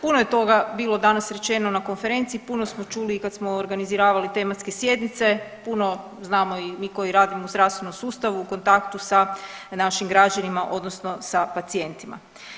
Puno je toga bilo danas rečeno na konferenciji, puno smo čuli i kad smo organiziravali tematske sjednice, puno znamo i mi koji radimo u zdravstvenom sustavu u kontaktu sa našim građanima odnosno sa pacijentima.